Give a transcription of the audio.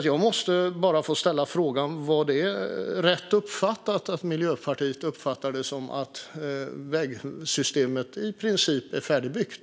Jag måste bara få ställa frågan: Var det rätt uppfattat att Miljöpartiet uppfattar det som att vägsystemet i princip är färdigbyggt?